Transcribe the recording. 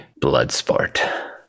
Bloodsport